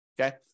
Okay